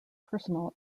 personal